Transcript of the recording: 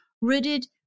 rooted